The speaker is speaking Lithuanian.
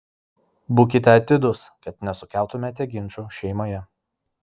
būkite atidūs kad nesukeltumėte ginčų šeimoje